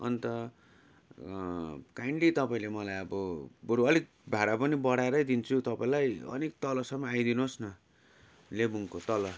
अन्त काइन्डली तपाईँले मलाई अब बरू अलिक भाडा पनि बढाएर दिन्छु तपाईँलाई अलिक तलसम्म आइदिनु होस् न लेबुङको तल